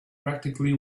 practically